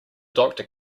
doctor